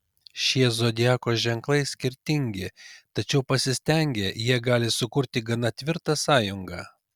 šie zodiako ženklai skirtingi tačiau pasistengę jie gali sukurti gana tvirtą sąjungą